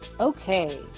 Okay